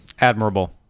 Admirable